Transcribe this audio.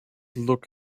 look